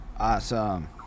Awesome